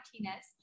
Martinez